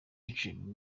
yiciwe